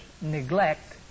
neglect